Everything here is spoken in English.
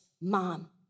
Mom